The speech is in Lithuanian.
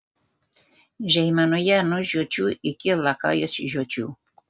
žeimenoje nuo žiočių iki lakajos žiočių